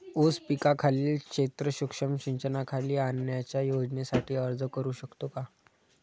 ऊस पिकाखालील क्षेत्र सूक्ष्म सिंचनाखाली आणण्याच्या योजनेसाठी अर्ज करू शकतो का?